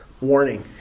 warning